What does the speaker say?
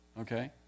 Okay